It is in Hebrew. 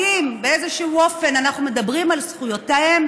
האם באיזשהו אופן אנחנו מדברים על זכויותיהם